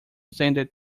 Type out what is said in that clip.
extended